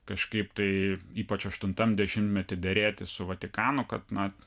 kažkaip tai ypač aštuntam dešimtmety derėtis su vatikano kad na